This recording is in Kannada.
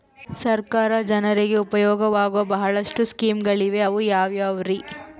ಸರ್ಕಾರ ಜನರಿಗೆ ಉಪಯೋಗವಾಗೋ ಬಹಳಷ್ಟು ಸ್ಕೇಮುಗಳಿವೆ ಅವು ಯಾವ್ಯಾವ್ರಿ?